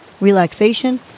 relaxation